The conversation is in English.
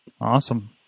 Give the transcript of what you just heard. Awesome